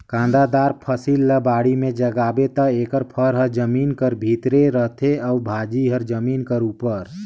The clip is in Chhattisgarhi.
कांदादार फसिल ल बाड़ी में जगाबे ता एकर फर हर जमीन कर भीतरे रहथे अउ भाजी हर जमीन कर उपर